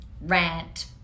rant